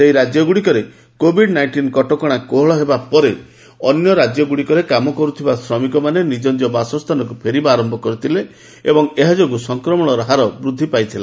ସେହି ରାଜ୍ୟଗ୍ରଡ଼ିକରେ Covid nineteen କଟକଣା କୋହଳ ହେବା ପରେ ଅନ୍ୟ ରାଜ୍ୟଗୁଡ଼ିକରେ କାମ କରୁଥିବା ଶ୍ରମିକମାନେ ନିଜ ନିଜ ବାସସ୍ଥାନକୁ ଫେରିବା ଆରମ୍ଭ କରିଥିଲେ ଓ ଏହା ଯୋଗୁଁ ସଂକ୍ରମଣର ହାର ବୃଦ୍ଧି ପାଇଥିଲା